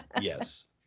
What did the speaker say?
Yes